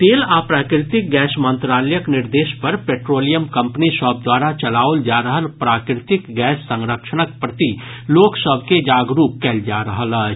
तेल आ प्राकृतिक गैस मंत्रालयक निर्देश पर पेट्रोलियम कंपनी सभ द्वारा चलाओल जा रहल प्राकृतिक गैस संरक्षणक प्रति लोक सभ के जागरूक कयल जा रहल अछि